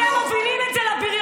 אתם מובילים את זה לבריונות,